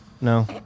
No